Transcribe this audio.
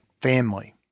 family